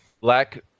Black